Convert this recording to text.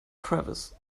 travis